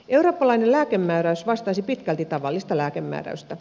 eurooppalainen lääkemääräys vastaisi pitkälti tavallista lääkemääräystä